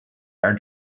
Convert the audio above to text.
are